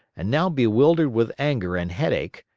and now bewildered with anger and headache,